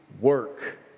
work